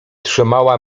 trzymała